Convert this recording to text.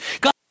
God